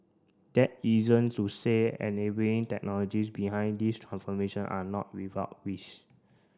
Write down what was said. that isn't to say enabling technologies behind this transformation are not without risk